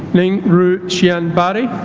ng ru xian barry